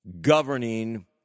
governing